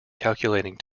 calculating